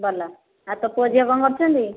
ଭଲ ଆଉ ତୋ ପୁଅଝିଅ କ'ଣ କରୁଛନ୍ତି